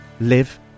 live